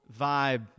vibe